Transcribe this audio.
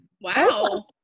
Wow